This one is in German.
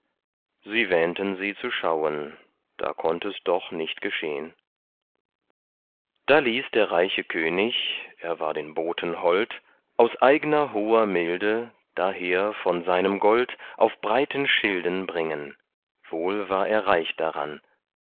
sie wähnten sie zu schauen da konnt es doch nicht geschehn da ließ der reiche könig er war den boten hold aus eigner hoher milde daher von seinem gold auf breiten schilden bringen wohl war er reich daran